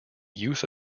use